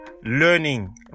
learning